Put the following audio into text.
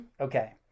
okay